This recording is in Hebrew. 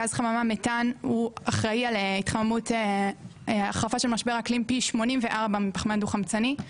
גז חממה מתאן הוא אחראי על החרפה של משבר האקלים פי 84 מפחמן דו חמצני.